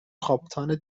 کاپیتان